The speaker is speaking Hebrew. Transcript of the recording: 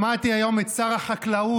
שמעתי היום את שר החקלאות